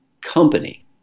company